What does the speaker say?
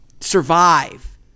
survive